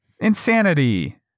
Insanity